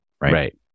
Right